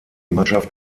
mannschaft